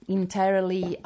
entirely